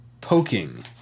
Poking